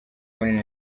muri